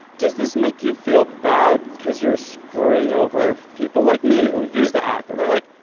does this make you feel bad because you're screwing over people like me who use the app? and they're like,